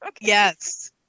Yes